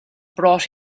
brought